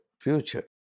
future